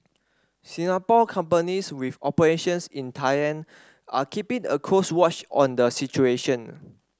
Singapore companies with operations in Thailand are keeping a close watch on the situation